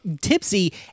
tipsy